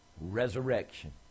resurrection